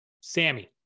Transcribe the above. sammy